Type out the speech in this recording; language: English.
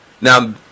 Now